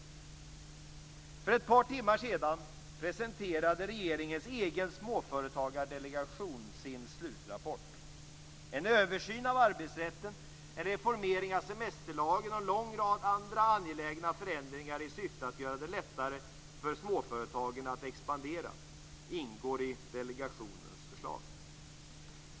För ett par timmar sedan presenterade regeringens egen småföretagardelegation sin slutrapport. En översyn av arbetsrätten, en reformering av semesterlagen och en lång rad andra angelägna förändringar i syfte att göra det lättare för småföretagen att expandera ingår i delegationens förslag.